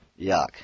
Yuck